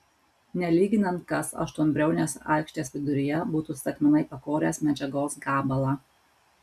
nelyginant kas aštuonbriaunės aikštės viduryje būtų statmenai pakoręs medžiagos gabalą